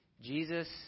Jesus